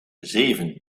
zeven